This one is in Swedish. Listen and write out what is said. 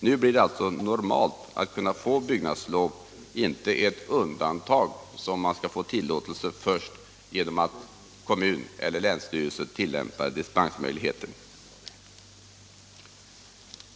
Nu blir det alltså normalt att få byggnadslov, inte ett undantag som tillåtes genom att kommun eller länsstyrelse tillämpar dispensmöjligheten.